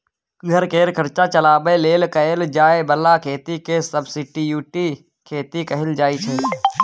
घर केर खर्चा चलाबे लेल कएल जाए बला खेती केँ सब्सटीट्युट खेती कहल जाइ छै